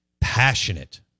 passionate